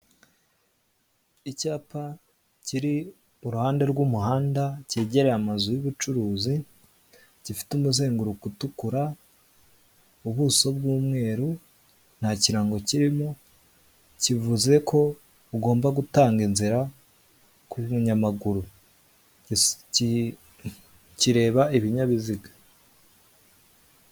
Icyapa kiri uruhande rw'umuhanda cyegereye amazu y'ubucuruzi, gifite umuzenguruko utukura, ubuso bw'umweru nta kirango kirimo, kivuze ko ugomba gutanga inzira ku banyamaguru, kireba ibinyabiziga.